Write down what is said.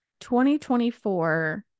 2024